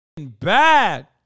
bad